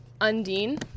Undine